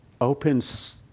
opens